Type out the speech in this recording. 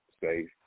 Safe